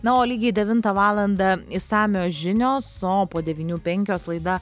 na o lygiai devintą valandą išsamios žinios o po devynių penkios laida